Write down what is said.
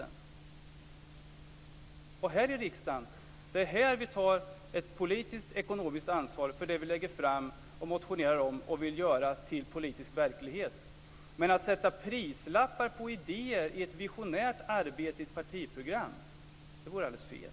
Det är här i riksdagen som vi tar politiskt och ekonomiskt ansvar för de förslag vi lägger fram, motionerar om och vill göra till politisk verklighet. Men att sätta prislappar på idéer i ett visionärt arbete med ett partiprogram - det vore alldeles fel.